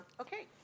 Okay